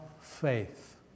faith